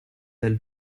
del